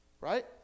Right